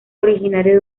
originario